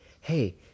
hey